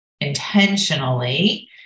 intentionally